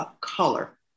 color